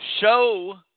Show